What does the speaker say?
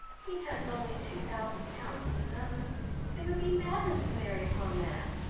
he has only two thousand pounds of his own it would be madness to marry upon that,